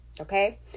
okay